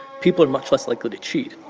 people are much less likely to cheat